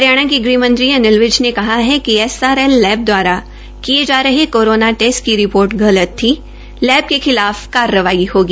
हरियाणा के ग़हमंत्री अनिल विज ने कहा है कि एसएलआर लैब द्वारा किये जा रहे कोरोना टेस्ट की रिपोर्ट गलत थी लैब के खिलाफ कार्रवाई होगी